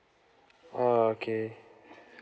oh okay